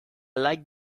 like